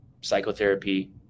psychotherapy